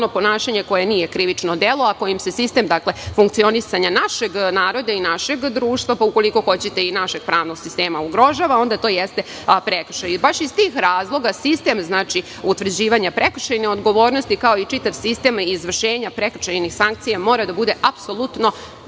ponašanje koje nije krivično delo, a kojim se sistem funkcionisanja našeg naroda i našeg društva, ukoliko hoćete, i našeg pravnog sistema ugrožava, onda to jeste prekršaj. Baš iz tih razloga, sistem utvrđivanja prekršajne odgovornosti, kao i čitav sistem izvršenja prekršajnih sankcija mora da bude apsolutno